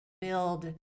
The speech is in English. build